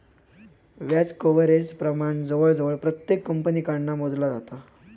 व्याज कव्हरेज प्रमाण जवळजवळ प्रत्येक कंपनीकडना मोजला जाता